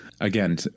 Again